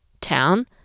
town